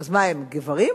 אז מה, הן גברים?